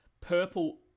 purple